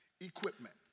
equipment